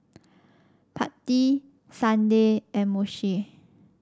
Patti Sunday and Moshe